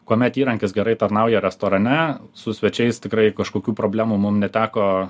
kuomet įrankis gerai tarnauja restorane su svečiais tikrai kažkokių problemų mum neteko